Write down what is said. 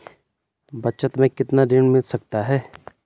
बचत मैं कितना ऋण मिल सकता है?